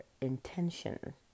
intention